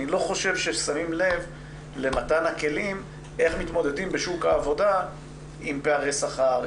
אני לא חושב ששמים לב למתן הכלים איך מתמודדים בשוק העבודה עם פערי שכר,